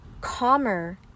calmer